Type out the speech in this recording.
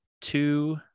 two